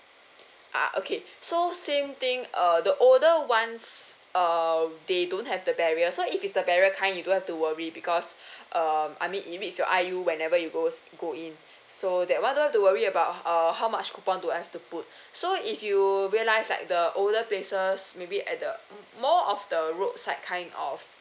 ah okay so same thing uh the older ones um they don't have the barrier so if it's the barrier kind you don't have to worry because uh I mean if it's your whenever you goes go in so that one don't have to worry about err how much coupon do I have to put so if you realise like the older places maybe at the more of the roadside kind of